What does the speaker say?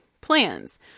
plans